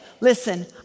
listen